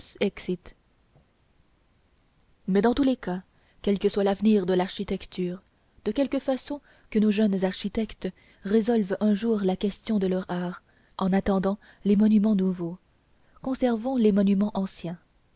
mais dans tous les cas quel que soit l'avenir de l'architecture de quelque façon que nos jeunes architectes résolvent un jour la question de leur art en attendant les monuments nouveaux conservons les monuments anciens